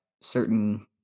certain